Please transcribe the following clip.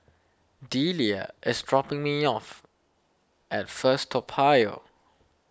Delia is dropping me off at First Toa Payoh